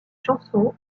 chansons